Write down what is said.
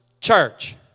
church